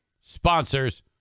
sponsors